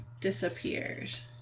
disappears